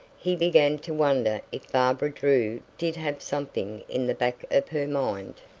he began to wonder if barbara drew did have something in the back of her mind.